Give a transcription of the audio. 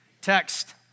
text